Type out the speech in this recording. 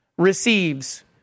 receives